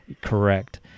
Correct